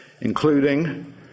including